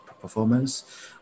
performance